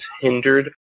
hindered